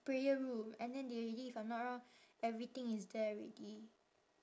prayer room and then they already if I'm not wrong everything is there already